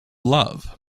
love